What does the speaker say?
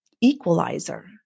equalizer